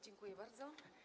Dziękuję bardzo.